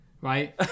right